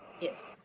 Yes